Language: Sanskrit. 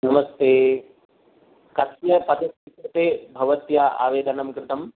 नमस्ते कस्य पदवी कृते भवत्या आवेदनं कृतम्